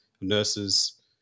nurses